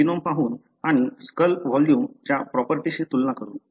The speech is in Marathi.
हे जीनोम पाहून आणि स्कल व्हॉल्युम च्या प्रॉपर्टीशी तुलना करून